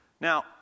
Now